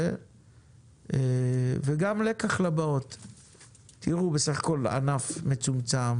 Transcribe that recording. סך הכל מדובר בענף מצומצם